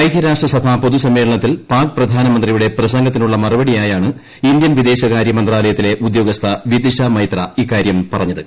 ഐകൃരാഷ്ട്രസഭ പൊതുസമ്മേളന ത്തിൽ പാക് പ്രധാനമന്ത്രിയുടെ പ്രസംഗത്തിന് ഉള്ള മറുപടിയായാണ് ഇന്ത്യൻ വിദേശകാരൃ മീത്ത്ലയത്തിലെ ഉദ്യോഗസ്ഥ വിദിഷ മൈത്ര ഇക്കാര്യം പറഞ്ഞത്